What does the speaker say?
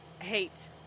Hate